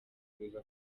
kuza